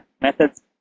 methods